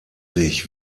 sich